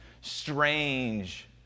Strange